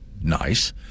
Nice